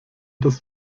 das